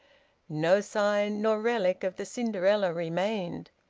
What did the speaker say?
no sign nor relic of the cinderella remained.